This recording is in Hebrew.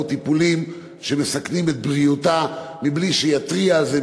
טיפולים שמסכנים את בריאותה מבלי שיתריע על זה,